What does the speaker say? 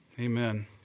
Amen